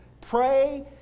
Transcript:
Pray